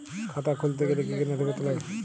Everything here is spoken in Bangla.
খাতা খুলতে গেলে কি কি নথিপত্র লাগে?